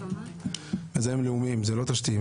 זה מיזמים לאומיים, לא תשתיתיים.